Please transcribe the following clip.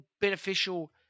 beneficial